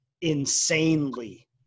insanely